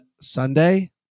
Sunday